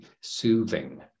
soothing